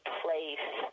place